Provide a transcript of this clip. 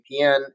VPN